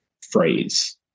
phrase